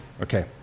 Okay